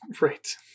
Right